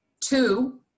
Two